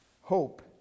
hope